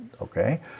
okay